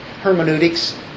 hermeneutics